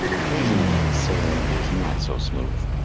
occasionally the sailing is not so smooth.